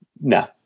No